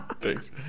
Thanks